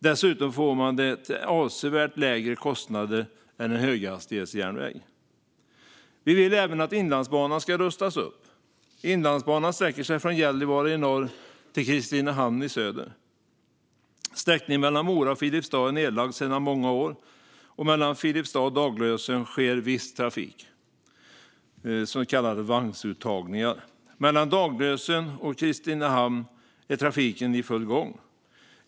Dessutom får man det till avsevärt lägre kostnad än en höghastighetsjärnväg. Vi vill även att Inlandsbanan rustas upp. Inlandsbanan sträcker sig från Gällivare i norr till Kristinehamn i söder. Sträckningen mellan Mora och Filipstad är nedlagd sedan många år. Mellan Filipstad och Daglösen sker viss trafik, något som kallas vagnuttagning. Mellan Daglösen och Kristinehamn är trafiken i full gång.